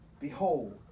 behold